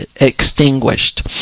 extinguished